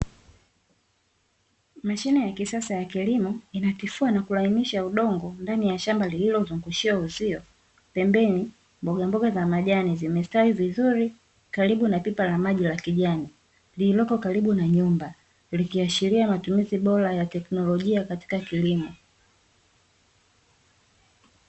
Mashine ya kisasa ya kilimo inatifua na kulainisha udongo, ndani ya shamba lililozungushiwa uzio, pembeni mbogamboga za majani zimestawi vizuri karibu na pipa la maji la kijani, lililopo karibu na nyumba, likiashiria matumizi bora ya teknolojia katika kilimo.